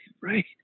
right